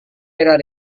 era